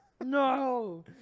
No